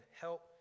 help